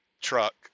truck